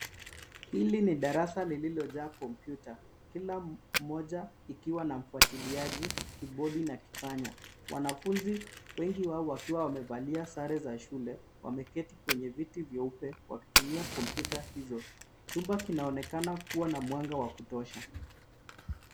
Hili ni darasa lililojaa kompyuta. Kila moja likiwa na mfuatiliaji, kiibodi na kipanya. Wanafunzi wengi wao wakiwa wamevalia sare za shule wameketi kwenye viti vyeupe wakitumia kompyuta hizo. Chumba kinaonekana kuwa na mwanga wa kutosha.